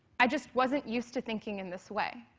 i just wasn't used to thinking in this way.